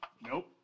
Nope